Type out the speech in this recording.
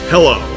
Hello